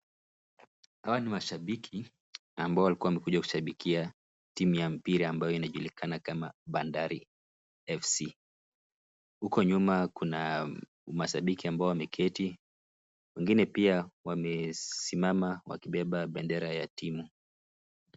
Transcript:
Hawa ni mashabiki ambao walikuwa wamekuja kushabikia timu ya mpira ambayo inajulikana kama Bandari F.C. Huko nyuma kuna mashabiki ambao wameketi. Wengine pia wamesimama wakibeba bendera ya timu.